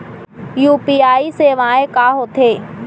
UPI सेवाएं का होथे